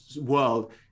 world